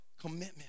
commitment